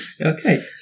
Okay